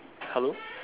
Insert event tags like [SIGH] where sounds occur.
hello [NOISE]